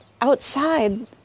outside